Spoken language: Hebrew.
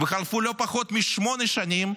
חלפו לא פחות משמונה שנים,